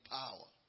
power